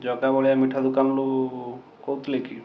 ଜଗାବଳିଆ ମିଠା ଦୋକାନରୁ କହୁଥିଲେ କି